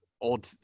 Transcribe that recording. old